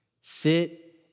Sit